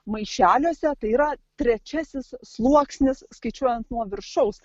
maišeliuose tai yra trečiasis sluoksnis skaičiuojant nuo viršaus